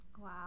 Wow